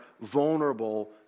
vulnerable